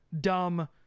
dumb